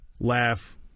laugh